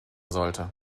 sollte